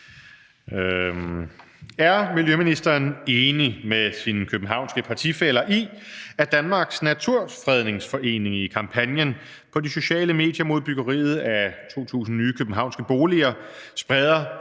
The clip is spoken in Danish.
Er ministeren enig med sine københavnske partifæller i, at Danmarks Naturfredningsforening i kampagnen på de sociale medier mod byggeriet af 2.000 nye københavnske boliger spreder